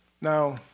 Now